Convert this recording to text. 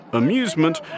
amusement